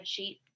spreadsheet